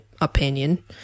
opinion